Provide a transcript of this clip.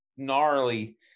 gnarly